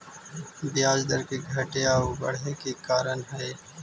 ब्याज दर के घटे आउ बढ़े के का कारण हई?